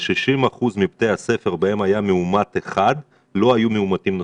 ב-60% מבתי הספר בהם היה מאומת אחד לא היו מאומתים נוספים.